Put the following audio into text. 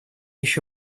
еще